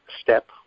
step